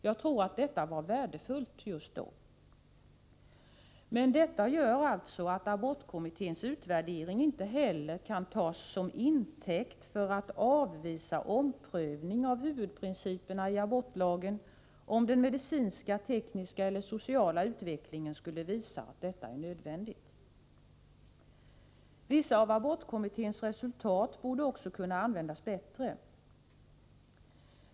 Jag tror att det var värdefullt just då. Men detta gör alltså att abortkommitténs utvärdering inte heller kan tas till intäkt för att avvisa omprövning av huvudprinciperna i abortlagen om den medicinska, tekniska eller sociala utvecklingen skulle visa att detta är nödvändigt. Vissa av abortkommitténs resultat borde också kunna användas bättre.